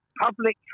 public